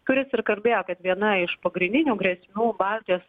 kuris ir kalbėjo kad viena iš pagrindinių grėsmių baltijos